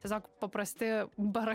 tiesiog paprasti barai